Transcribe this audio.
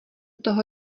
toho